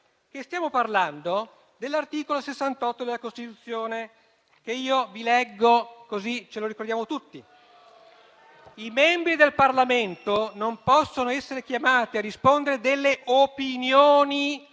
stiamo parlando dell'articolo 68 della Costituzione, che ora vi leggo, così ce lo ricordiamo tutti *(Commenti)*: «I membri del Parlamento non possono essere chiamati a rispondere delle opinioni